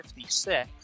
56